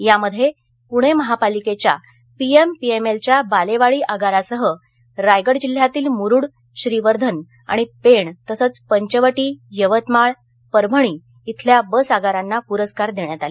यामध्ये पूणे महापालिकेच्या पीएमपीएमएलच्या बालेवाडी आगारासह रायगड जिल्ह्यातील मुरुड श्रीवर्धन आणि पेण तसंच पंचवटी यवतमाळ परभणी इथल्या बस आगारांना पुरस्कार देण्यात आले